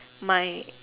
my